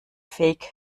fake